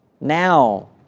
now